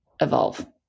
evolve